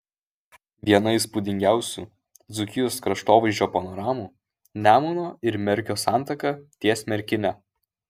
viena įspūdingiausių dzūkijos kraštovaizdžio panoramų nemuno ir merkio santaka ties merkine